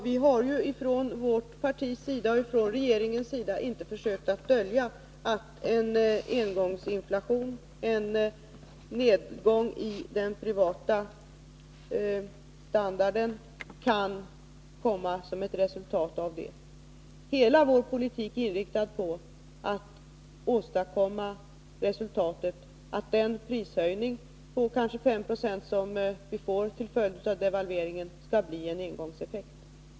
Vi har från vårt partis sida och från regeringens sida inte försökt dölja att ett resultat kan bli en engångsinflation, en nedgång i den privata standarden. Hela vår politik är inriktad på att åstadkomma det resultatet, att den prishöjning på kanske 5 96 som kan bli en följd av devalveringen skall bli en engångseffekt.